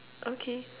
okay